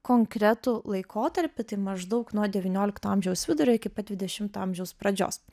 konkretų laikotarpį tai maždaug nuo devyniolikto amžiaus vidurio iki pat dvidešimto amžiaus pradžios